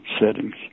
settings